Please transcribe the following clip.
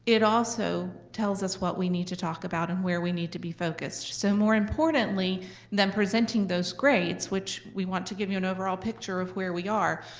it also tells us what we need to talk about and where we need to be focused. so more importantly than presenting those grades, which we want to give you an overall picture of where we are,